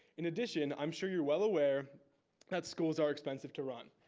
in addition, i'm sure you're well aware that schools are expensive to run.